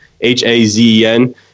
H-A-Z-E-N